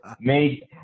made